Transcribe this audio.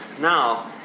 now